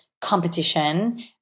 competition